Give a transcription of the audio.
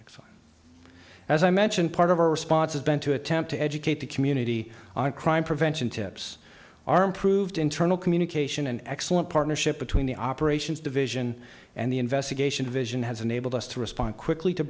next as i mentioned part of our response has been to attempt to educate the community on crime prevention tips our improved internal communication an excellent partnership between the operations division and the investigation division has enabled us to respond quickly to